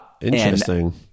interesting